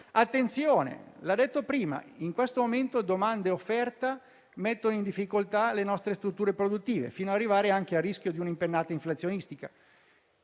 attenzione. Ha detto prima che in questo momento domande e offerta mettono in difficoltà le nostre strutture produttive, fino ad arrivare anche al rischio di un'impennata inflazionistica.